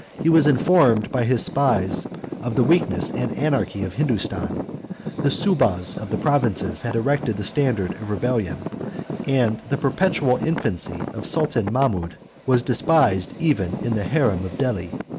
he was informed by his spies of the weakness and anarchy of hindostan the soubahs of the provinces had erected the standard of rebellion and the perpetual infancy of sultan mahmoud was despised even in the harem of delhi.